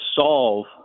solve